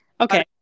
Okay